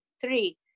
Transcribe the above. three